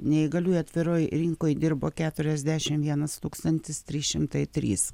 neįgaliųjų atviroj rinkoj dirbo keturiasdešim vienas tūkstantis trys šimtai trys